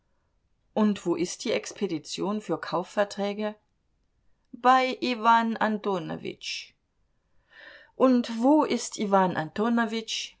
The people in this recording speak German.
und wo ist die expedition für kaufverträge bei iwan antonowitsch und wo ist iwan